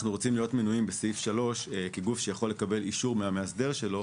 אנחנו רוצים להיות מנויים בסעיף 3 כגוף שיכול לקבל אישור מהמאסדר שלו